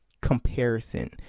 comparison